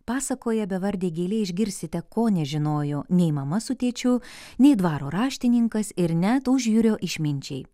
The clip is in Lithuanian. pasakoje bevardė gėlė išgirsite ko nežinojo nei mama su tėčiu nei dvaro raštininkas ir net užjūrio išminčiai